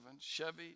Chevy